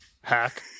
hack